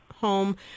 home